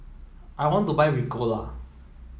I want to buy Ricola